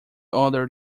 other